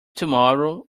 tomorrow